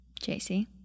JC